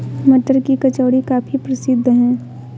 मटर की कचौड़ी काफी प्रसिद्ध है